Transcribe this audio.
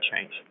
change